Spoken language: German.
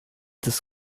des